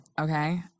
Okay